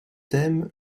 thème